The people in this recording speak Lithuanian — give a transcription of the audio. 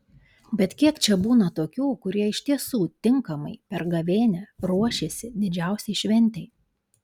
bet kiek čia būna tokių kurie iš tiesų tinkamai per gavėnią ruošėsi didžiausiai šventei